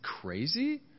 crazy